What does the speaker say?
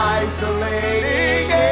isolating